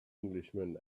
englishman